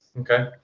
Okay